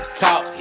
talk